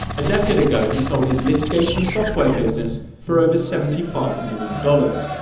a decade ago, he sold his litigation software business for over seventy five million dollars.